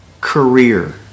career